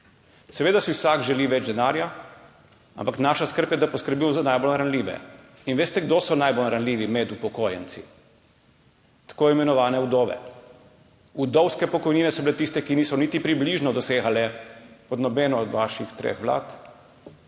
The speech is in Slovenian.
Seveda si vsak želi več denarja, ampak naša skrb je, da poskrbi za najbolj ranljive. In veste, kdo so najbolj ranljivi med upokojenci? Tako imenovane vdove. Vdovske pokojnine so bile tiste, ki niso niti približno dosegale pod nobeno od vaših treh vlad